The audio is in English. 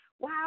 Wow